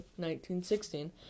1916